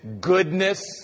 goodness